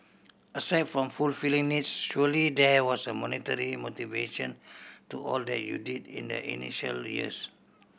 aside from fulfilling needs surely there was a monetary motivation to all that you did in the initial years